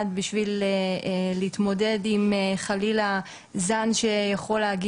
שהמנהל יכול להורות.